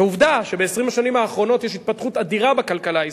עובדה שב-20 השנים האחרונות יש התפתחות אדירה בכלכלה הישראלית,